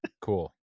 cool